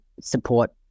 support